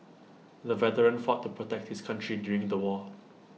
the veteran fought to protect his country during the war